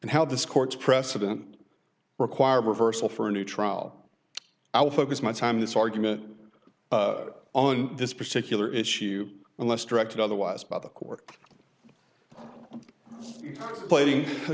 and how this court's precedent required reversal for a new trial i would focus my time this argument on this particular issue unless directed otherwise by the court plating